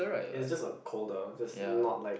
it's just uh colder just not like